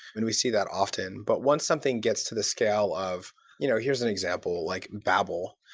and we see that often but once something gets to the scale of you know here's an example, like babel.